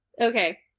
Okay